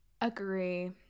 agree